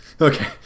Okay